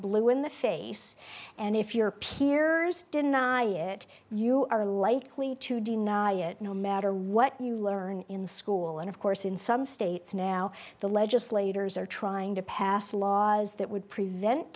blue in the face and if your peers deny it you are lightly to deny it no matter what you learn in school and of course in some states now the legislators are trying to passed laws that would prevent